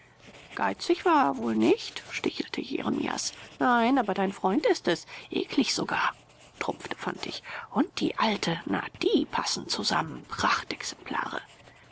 geizig war er wohl nicht stichelte jeremias nein aber dein freund ist es eklig sogar trumpfte fantig und die alte na die passen